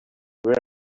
were